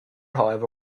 however